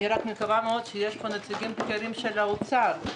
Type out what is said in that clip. אני רק מקווה שיש פה נציגים בכירים של האוצר.